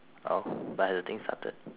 oh but the thing started